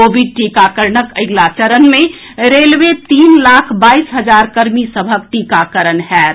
Covid टीकाकरणक अगिला चरण मे रेलवेक तीन लाख बाईस हजार कर्मी सभक टीकाकरण होयत